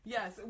Yes